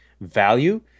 value